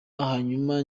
hanyuma